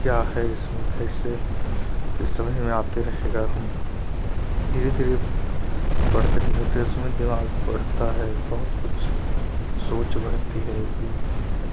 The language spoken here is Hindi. क्या है इसमें कैसे है ये समझ में आते रहेगा हम धीरे धीरे पढ़ते रहेंगे फ़िर उसमें दिमाग बढ़ता है बहुत कुछ सोच बढ़ती है कि है